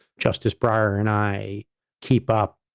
justice breyer and i keep up.